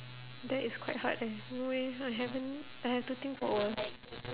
that is quite hard eh no eh I haven't I have to think for a while